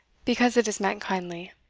because it is meant kindly.